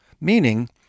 meaning